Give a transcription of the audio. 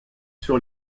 sur